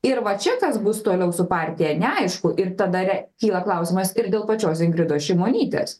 ir va čia kas bus toliau su partija neaišku ir tada re kyla klausimas ir dėl pačios ingridos šimonytės